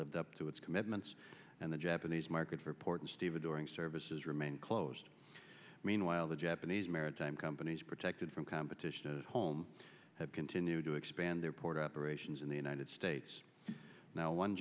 live up to its commitments and the japanese market for port stevedoring services remain closed meanwhile the japanese maritime companies protected from competition at home have continued to expand their port operations in the united states now one